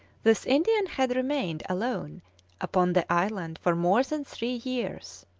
this indian had remained alone upon the island for more than three years.